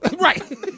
Right